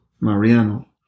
Mariano